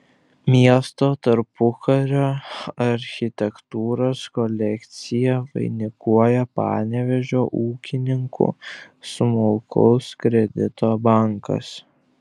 miesto tarpukario architektūros kolekciją vainikuoja panevėžio ūkininkų smulkaus kredito bankas